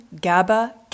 GABA